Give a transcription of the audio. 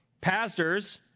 Pastors